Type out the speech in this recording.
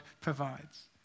provides